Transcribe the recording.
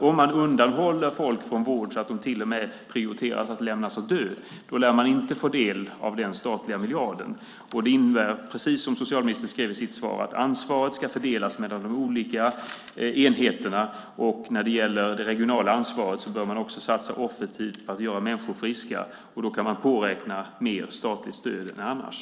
Om man undanhåller människor från vård så att man till och med prioriterar att lämna dem att dö lär man inte få del av den statliga miljarden. Det innebär, precis som socialministern säger i sitt svar, att ansvaret ska fördelas mellan de olika enheterna och att man när det gäller det regionala ansvaret också bör satsa offensivt på att göra människor friska. Då kan man räkna med mer statligt stöd än annars.